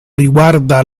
riguarda